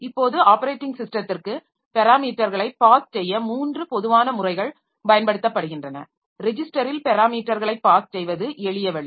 இப்போது ஆப்பரேட்டிங் ஸிஸ்டத்திற்கு பெராமீட்டர்களை பாஸ் செய்ய மூன்று பொதுவான முறைகள் பயன்படுத்தப்படுகின்றன ரெஜிஸ்டரில் பெராமீட்டர்களை பாஸ் செய்வது எளிய வழி